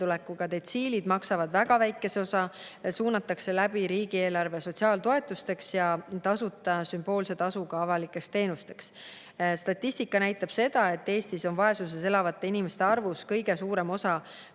sissetulekuga detsiilid maksavad väga väikese osa, suunatakse riigieelarve kaudu sotsiaaltoetustesse ning tasuta ja sümboolse tasuga avalikesse teenustesse. Statistika näitab, et Eestis on vaesuses elavate inimeste arvust kõige suurem